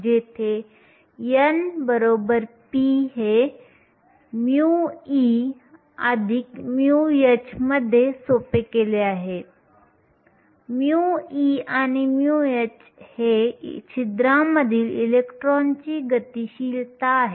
जेथे n p हे μe μh मध्ये सोपे केले आहे μe आणि μh हे छिद्रांमधील इलेक्ट्रॉनची गतिशीलता आहे